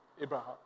Abraham